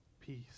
Peace